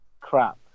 crap